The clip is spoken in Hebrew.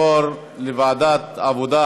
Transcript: לוועדת העבודה,